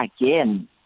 again